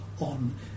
on